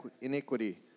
iniquity